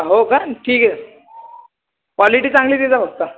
हो का ठीक आहे क्वॉलिटी चांगली दे फक्त